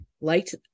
liked